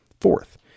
Fourth